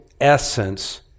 essence